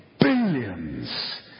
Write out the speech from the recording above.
billions